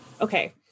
Okay